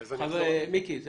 מיקי, זה